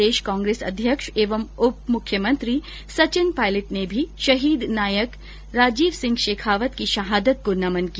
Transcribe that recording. प्रदेश कांग्रेस अध्यक्ष एवं उपमुख्यमंत्री सचिन पायलट ने भी शहीद नायक राजीव सिंह शेखावत की शहादत को नमन किया